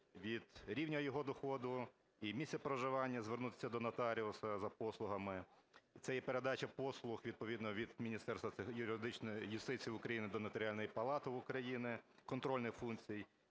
від рівня його доходу і місця проживання звернутися до нотаріуса за послугами. Це і передача послуг відповідно від Міністерства юстиції України до Нотаріальної палати України контрольних функцій,